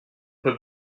peut